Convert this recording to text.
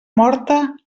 morta